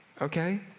Okay